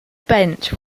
bench